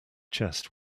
chest